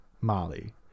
molly